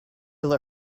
will